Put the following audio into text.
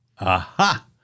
Aha